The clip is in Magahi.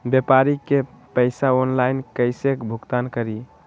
व्यापारी के पैसा ऑनलाइन कईसे भुगतान करी?